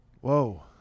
Whoa